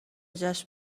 جشن